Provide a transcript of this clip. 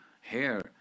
hair